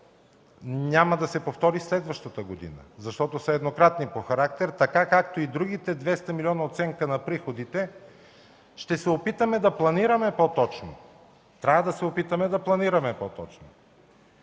няма да се повтори следващата година, защото са еднократни по характер, както и другите 200 милиона оценка на приходите. Ще се опитаме да планираме по-точно, трябва да се опитаме, така че